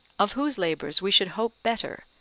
of whose labours we should hope better,